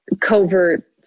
covert